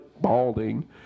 balding